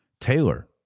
Taylor